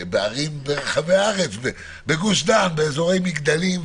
בערים ברחבי הארץ, בגוש דן, באזורי מגדלים.